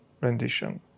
rendition